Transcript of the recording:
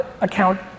account